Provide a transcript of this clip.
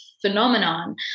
phenomenon